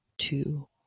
Two